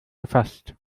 gefasst